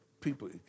people